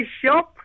shop